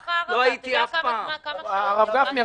יש פה --- רבה --- אתה יודע כמה זמן --- הרב גפני,